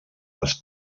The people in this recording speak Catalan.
les